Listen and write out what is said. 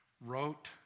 wrote